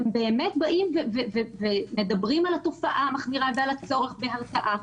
הם באמת מדברים על תופעה החמורה ועל הצורך בהרתעה,